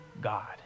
God